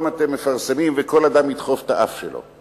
אתם מפרסמים וכל אדם ידחוף את האף שלו.